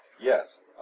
yes